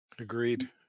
Agreed